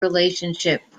relationship